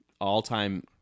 All-time